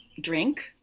drink